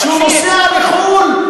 כשהוא נוסע לחו"ל,